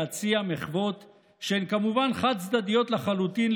להציע מחוות שהן כמובן חד-צדדיות לחלוטין,